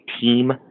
team